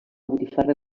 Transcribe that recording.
botifarra